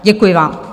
Děkuji vám.